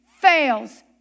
fails